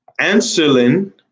insulin